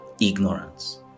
ignorance